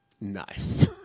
Nice